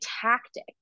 tactic